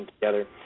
together